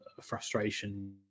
frustration